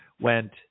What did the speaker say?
went